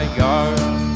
yard